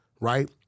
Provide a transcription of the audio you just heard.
right